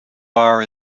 bar